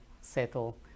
settle